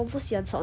coconut